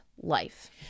life